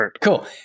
cool